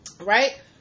Right